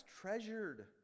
treasured